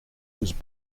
was